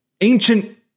ancient